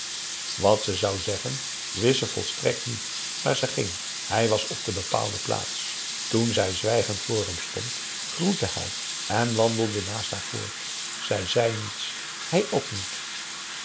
ze zou zeggen wist ze volstrekt niet maar ze ging hij was op de bepaalde plaats toen zij zwijgend voor hem stond groette hij en wanp a daum hoe hij raad van indië werd onder ps maurits delde naast haar voort zij zei niets hij ook niet